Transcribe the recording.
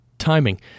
Timing